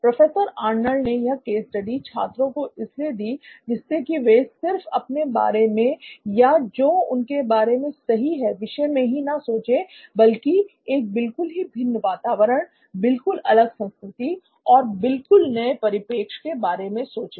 professor Arnold ने यह case study छात्रों को इसलिए दी जिससे कि वे सिर्फ अपने बारे में या जो उनके बारे में सही है विषय में ही ना सोचे बल्कि एक बिल्कुल ही भिन्न वातावरण बिल्कुल अलग संस्कृति और बिल्कुल नए परिपेक्ष के विषय में सोचें